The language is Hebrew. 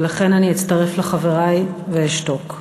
ולכן אני אצטרף לחברי ואשתוק.